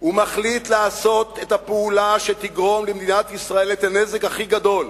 ומחליט לעשות את הפעולה שתגרום למדינת ישראל את הנזק הכי גדול,